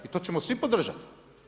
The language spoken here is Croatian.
I to ćemo svi podržati.